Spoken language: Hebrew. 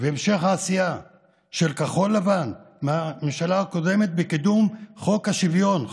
והמשך העשייה של כחול לבן בממשלה הקודמת בקידום חוק השוויון,